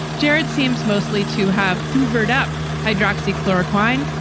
jared seems mostly to have hoovered up hydroxy chloroquine,